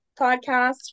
podcast